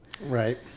Right